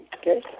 Okay